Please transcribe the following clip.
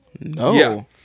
No